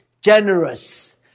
Generous